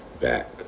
back